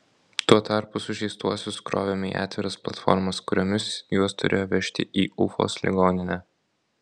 tuo tarpu sužeistuosius krovėme į atviras platformas kuriomis juos turėjo vežti į ufos ligoninę